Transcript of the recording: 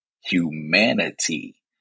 humanity